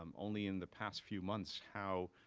um only in the past few months how,